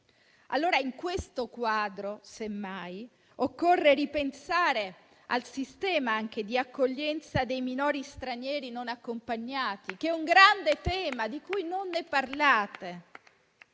In questo quadro, semmai, occorre ripensare anche il sistema d'accoglienza dei minori stranieri non accompagnati, che è un grande tema di cui non parlate.